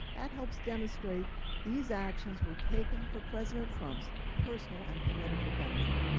that helps demonstrate these actions were taken for president trump's personal and political benefit.